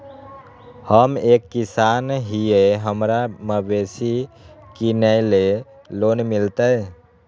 हम एक किसान हिए हमरा मवेसी किनैले लोन मिलतै?